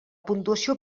puntuació